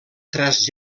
tres